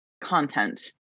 content